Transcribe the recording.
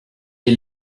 est